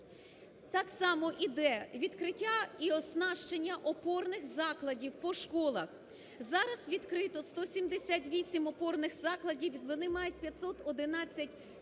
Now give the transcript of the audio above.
Так само іде відкриття і оснащення опорних закладів по школах. Зараз відкрито 178 опорних закладів вони мають 511 філій,